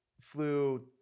flew